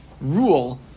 rule